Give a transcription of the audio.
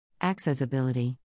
Accessibility